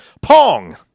Pong